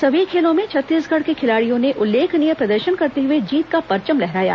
सभी खेलों में छत्तीसगढ़ के खिलाडियों ने उल्लेखनीय प्रदर्शन करते हुए जीत का परचम लहराया